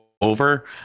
over